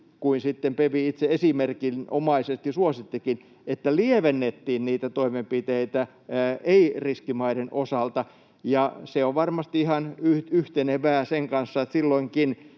sitten PeV itse esimerkinomaisesti suosittikin, että lievennettiin niitä toimenpiteitä ei-riskimaiden osalta. Se on varmasti ihan yhtenevää sen kanssa, että silloinkin